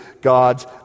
God's